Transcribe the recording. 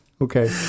Okay